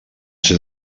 ser